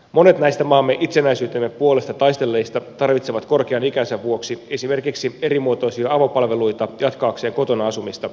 monet näistä maamme itsenäisyytemme puolesta taistelleista tarvitsevat korkean ikänsä vuoksi esimerkiksi erimuotoisia avopalveluita jatkaakseen kotona asumista itsenäisesti